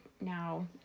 now